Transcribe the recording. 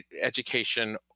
education